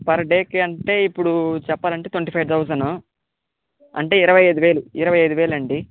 per డేకి అంటే ఇప్పుడు చెప్పాలంటే ట్వంటీ ఫైవ్ థౌజండ్ అంటే ఇరవై ఐదు వేలు ఇరవై ఐదువేలు అండి